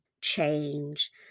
change